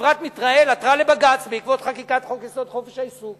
חברת "מיטראל" עתרה לבג"ץ בעקבות חקיקת חוק-יסוד: חופש העיסוק.